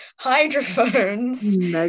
Hydrophones